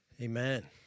Amen